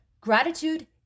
Gratitude